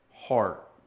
heart